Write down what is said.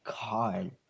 god